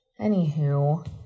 Anywho